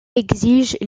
exigent